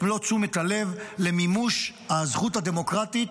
את מלוא תשומת הלב למימוש הזכות הדמוקרטית